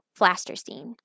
Flasterstein